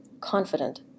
confident